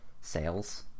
Sales